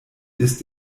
ist